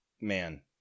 Man